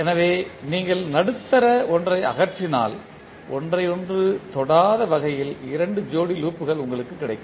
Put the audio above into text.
எனவே நீங்கள் நடுத்தர ஒன்றை அகற்றினால் ஒன்றையொன்று தொடாத வகையில் இரண்டு ஜோடி லூப்கள் உங்களுக்கு கிடைக்கும்